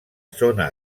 zona